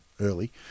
early